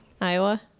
Iowa